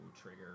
Trigger